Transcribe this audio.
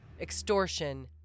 extortion